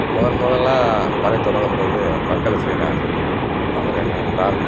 முதன் முதல்ல வரைய தொடங்கும்போது மக்கள் செய்கிற தவறு என்னவென்றால்